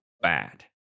bad